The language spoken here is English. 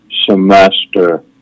semester